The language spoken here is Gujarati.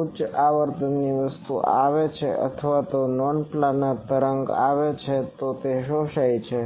ઉચ્ચ આવર્તનની વસ્તુઓ આવે છે અથવા નોન પ્લાનર તરંગ આવે છે તો તે શોષાય છે